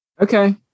okay